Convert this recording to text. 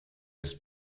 ist